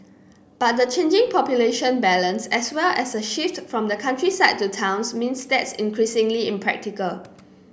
but the changing population balance as well as a shift from the countryside to towns means that's increasingly impractical